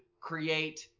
create